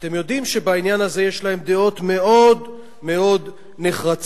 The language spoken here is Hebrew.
אתם יודעים שבעניין הזה יש להן דעות מאוד מאוד נחרצות,